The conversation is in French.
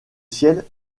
ciel